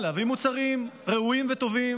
להביא מוצרים ראויים וטובים,